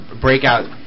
breakout